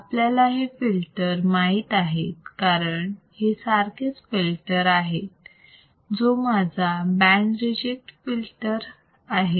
आपल्याला हे फिल्टर माहित आहेत कारण हे सारखेच फिल्टर आहेत जो माझा बँड रिजेक्ट फिल्टर आहे